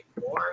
more